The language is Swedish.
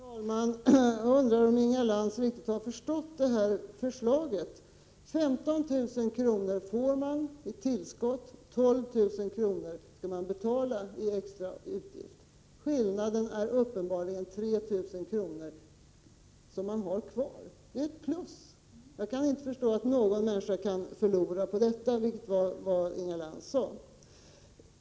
Herr talman! Jag undrar om Inga Lantz har förstått förslaget. 15 000 kr. får mani extra tillskott och 12 000 kr. skall man betala i extra utgifter. Skillnaden är uppenbarligen 3 000 kr. — som man har kvar. Det är ett plus! Jag kan inte förstå att någon människa kan förlora på detta, vilket är vad Inga Lantz sade.